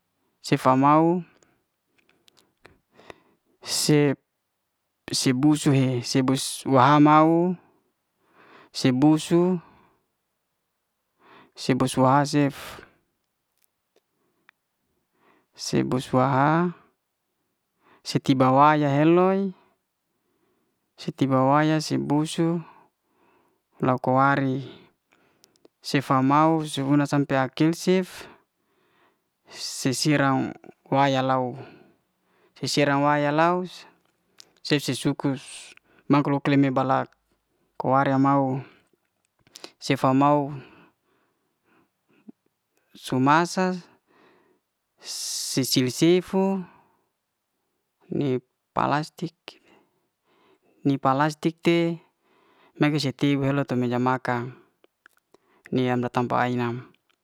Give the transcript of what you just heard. Sifa mau se si'busu hi sebus wa ha mau, si'busu si busu ha'sif si'busu ha si tiba way'holoy si tiba way si'busu la"ko wa'ri sifa mau sibuna sina'tan tea kil'sif si- si'rau wa ya'lau si- si'ra waya lau sesi sukus mau glo'klene balak ko'arya mau, sefa mau su masa si- sil sifu ni palastik. ni palastik te mega'sif helow to meja makan ni'a da tampa ai'nam